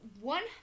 one